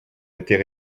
étais